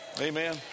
Amen